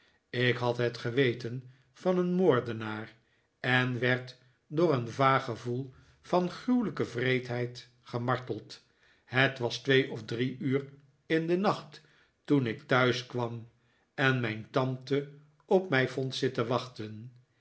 ik had het geweten van een moordenaar en werd door een vaag gevoel van gruwelijke wreedheid gemarteld het was twee of drie uur in den nacht toen ik thuis kwam en mijn tante op mij vond zitten wachten